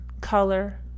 color